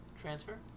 transfer